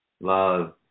love